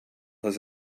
has